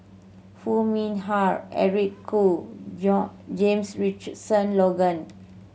Foo Mee Har Eric Khoo John James Richardson Logan